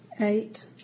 Eight